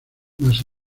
más